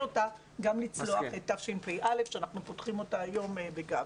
אותה גם לצלוח את תשפ"א שאנחנו פותחים אותה היום בגאווה.